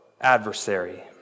adversary